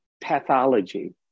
pathology